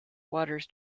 waters